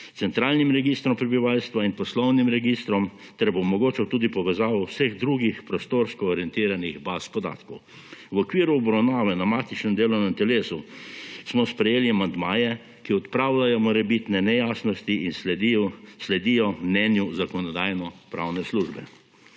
centralnim registrom prebivalstva in poslovnim registrom ter bo omogočal tudi povezavo vseh drugih prostorsko orientiranih baz podatkov. V okviru obravnave na matičnem delovnem telesu smo sprejeli amandmaje, ki odpravljajo morebitne nejasnosti in sledijo mnenju Zakonodajno-pravne službe.